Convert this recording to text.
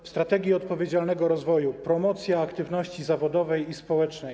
W strategii odpowiedzialnego rozwoju promocja aktywności zawodowej i społecznej.